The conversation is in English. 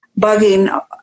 bugging